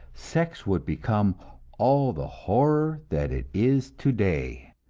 sex would become all the horror that it is today,